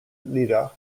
lieder